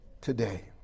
today